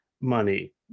money